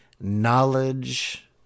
knowledge